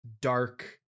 dark